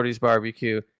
barbecue